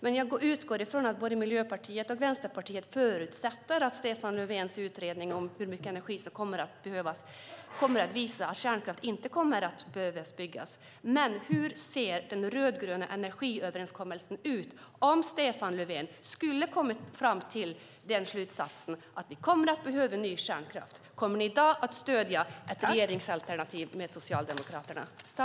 Men jag utgår från att både Miljöpartiet och Vänsterpartiet förutsätter att Stefan Löfvens utredning om hur mycket energi som kommer att behövas visar att kärnkraft inte kommer att behöva byggas. Hur ser den rödgröna energiöverenskommelsen ut om Stefan Löfven skulle komma till slutsatsen att vi kommer att behöva ny kärnkraft? Kommer ni då att stödja ett regeringsalternativ med Socialdemokraterna?